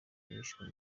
bishwe